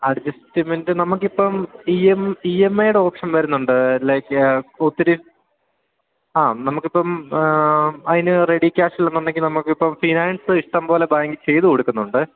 adjustment നമുക്കിപ്പം E M ഐയുടെ option വരുന്നുണ്ട് ലൈക് ഒത്തിരി ആഹ്ഹ നമുക്കിപ്പം അതിന് റെഡി ക്യാഷ് ഇല്ലെന്നുണ്ടെങ്കില് നമുക്കിപ്പം ഫിനാൻസ് ഇഷ്ടംപോലെ ബാങ്ക് ചെയ്തു കൊടുക്കുന്നുണ്ട്